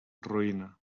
roïna